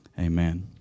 amen